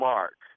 Mark